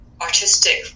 artistic